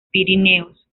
pirineos